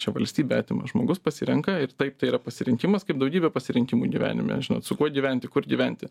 čia valstybė atima žmogus pasirenka ir taip tai yra pasirinkimas kaip daugybė pasirinkimų gyvenime žinot su kuo gyventi kur gyventi